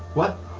what?